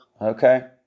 Okay